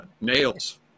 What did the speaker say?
nails